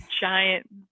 giant